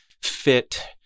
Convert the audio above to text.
fit